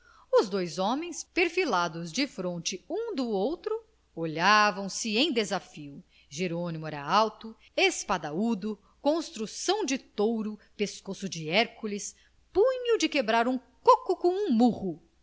os dois homens perfilados defronte um do outro olhavam-se em desafio jerônimo era alto espadaúdo construção de touro pescoço de hércules punho de quebrar um coco com um murro